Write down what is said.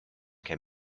can